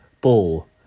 ball